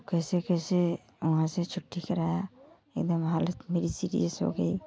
तो कैसे कैसे वहाँ से छुट्टी कराया एकदम हालत मेरी सीरियस हो गई